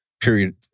period